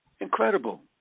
Incredible